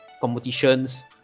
competitions